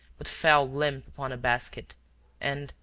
but fell limp upon a basket and,